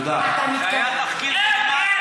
אין רוקח כזה.